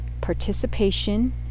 participation